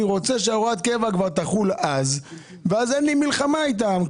הם רוצים שהוראת הקבע כבר תחול אז ואז אין לי מלחמה איתם,